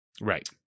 Right